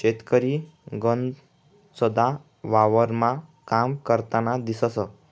शेतकरी गनचदा वावरमा काम करतान दिसंस